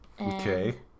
Okay